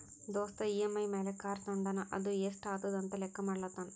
ದೋಸ್ತ್ ಇ.ಎಮ್.ಐ ಮ್ಯಾಲ್ ಕಾರ್ ತೊಂಡಾನ ಅದು ಎಸ್ಟ್ ಆತುದ ಅಂತ್ ಲೆಕ್ಕಾ ಮಾಡ್ಲತಾನ್